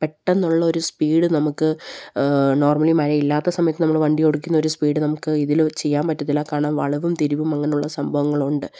പെട്ടെന്നുള്ള ഒരു സ്പീഡ് നമുക്ക് നോർമലി മഴയില്ലാത്ത സമയത്ത് നമ്മൾ വണ്ടി ഓടിക്കുന്ന ഒരു സ്പീഡ് നമുക്ക് ഇതിൽ ചെയ്യാൻ പറ്റത്തില്ല കാരണം വളവും തിരുവും അങ്ങനുള്ള സംഭവങ്ങളുണ്ട്